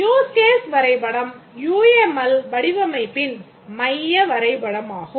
Use case வரைபடம் UML வடிவமைப்பின் மைய வரைபடமாகும்